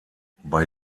bei